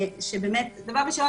דבר ראשון